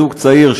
זוג צעיר,